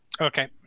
Okay